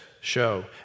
show